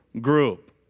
group